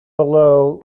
below